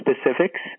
specifics